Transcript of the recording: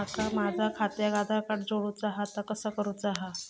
माका माझा खात्याक आधार कार्ड जोडूचा हा ता कसा करुचा हा?